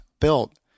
built